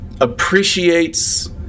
appreciates